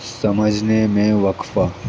سمجھنے میں وقفہ